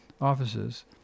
offices